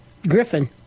Griffin